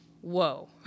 Whoa